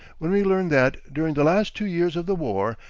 when we learn that, during the last two years of the war,